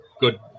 good